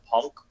Punk